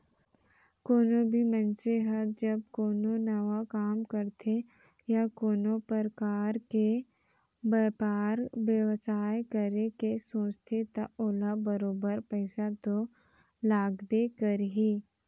कोनो भी मनसे ह जब कोनो नवा काम करथे या कोनो परकार के बयपार बेवसाय करे के सोचथे त ओला बरोबर पइसा तो लागबे करही